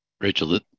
Rachel